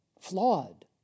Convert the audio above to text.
Flawed